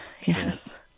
Yes